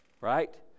right